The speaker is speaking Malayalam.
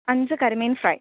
അഞ്ച് കരിമീൻ ഫ്രൈ